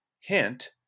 Hint